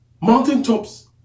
Mountaintops